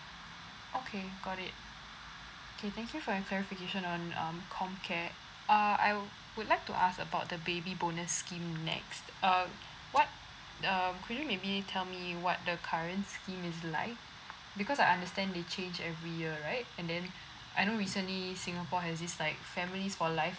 okay got it okay thank you for your clarification on um com care uh I would like to ask about the baby bonus scheme next uh what um could you maybe tell me what the current scheme is like because I understand they change every year right and then I know recently singapore has this like families for life